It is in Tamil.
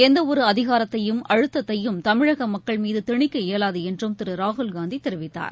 எந்தவொரு அதிஊரத்தையும் அழுத்ததையும் தமிழக மக்கள் மீது திணிக்க இயலாது என்றும் திரு ராகுல்காந்தி தெரிவித்தார்